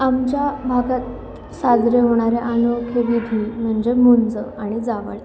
आमच्या भागात साजरे होणारे अनोखे विधी म्हणजे मुंज आणि जावळ